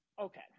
okay